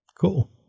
Cool